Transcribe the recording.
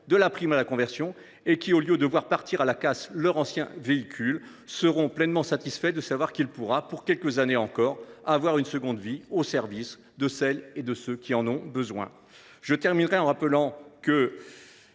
de la prime à la conversion : au lieu de voir partir à la casse leur ancien véhicule, ils seront pleinement satisfaits de savoir que celui ci pourra, quelques années encore, avoir une seconde vie au service de celles et de ceux qui en ont besoin. Je terminerai en rappelant que